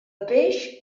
peix